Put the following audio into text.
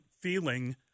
feeling